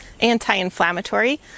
anti-inflammatory